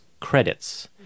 credits